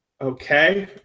Okay